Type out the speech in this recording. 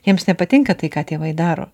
jiems nepatinka tai ką tėvai daro